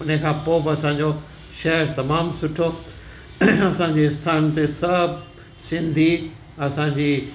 उन खां पोइ बि असांजो शहरु तमामु सुठो असांजे स्थान ते सभु सिंधी असांजी